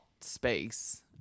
space